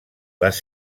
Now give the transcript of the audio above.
les